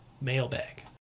mailbag